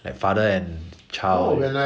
like father and child